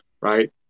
right